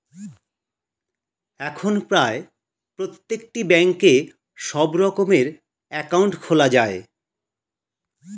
এখন প্রায় প্রত্যেকটি ব্যাঙ্কে সব রকমের অ্যাকাউন্ট খোলা যায়